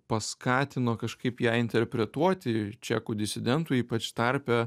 paskatino kažkaip ją interpretuoti čekų disidentų ypač tarpe